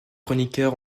chroniqueurs